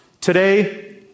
Today